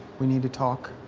we need to talk.